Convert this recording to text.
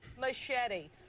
Machete